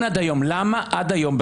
למה עד היום,